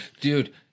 dude